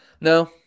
No